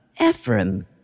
Ephraim